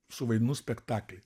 suvaidinu spektaklį